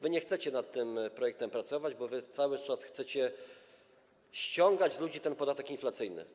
Wy nie chcecie nad tym projektem pracować, bo cały czas chcecie ściągać z ludzi ten podatek inflacyjny.